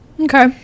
okay